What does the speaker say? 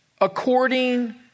according